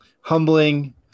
humbling